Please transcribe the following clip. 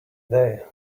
day